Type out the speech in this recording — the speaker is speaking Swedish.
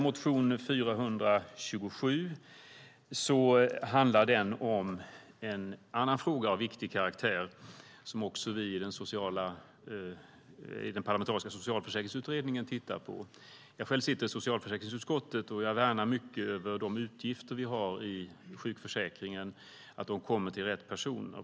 Motion 427 handlar om en annan fråga av viktig karaktär, som vi också tittar på i den parlamentariska socialförsäkringsutredningen. Jag själv sitter i socialförsäkringsutskottet, och jag värnar mycket om att de utgifter vi har i sjukförsäkringen kommer till rätt personer.